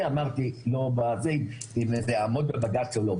אם זה יעמוד בבג"צ או לא.